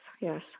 yes